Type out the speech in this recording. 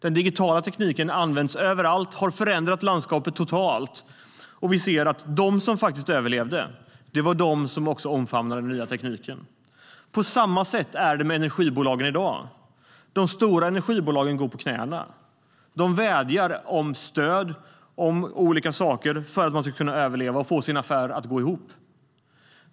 Den digitala tekniken används överallt och har förändrat landskapet totalt, och vi ser att de som faktiskt överlevde var de som omfamnade den nya tekniken. På samma sätt är det med energibolagen i dag. De stora energibolagen går på knäna. De vädjar om stöd till olika saker för att kunna överleva och få sina affärer att gå ihop.